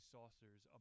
Saucers